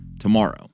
tomorrow